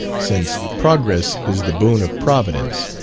since progress is the boon of providence,